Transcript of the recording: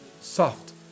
soft